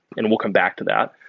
and we'll come back to that.